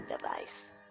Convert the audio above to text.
device